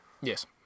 Yes